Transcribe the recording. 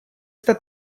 esta